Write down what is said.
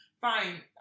fine